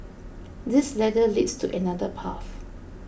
this ladder leads to another path